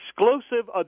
exclusive